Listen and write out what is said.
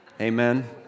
Amen